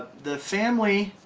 the family